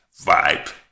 vibe